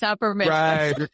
Right